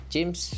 James